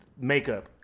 Makeup